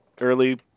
early